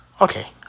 Okay